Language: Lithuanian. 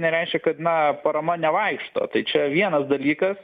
nereiškia kad na parama nevaikšto tai čia vienas dalykas